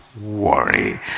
worry